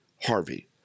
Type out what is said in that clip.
Harvey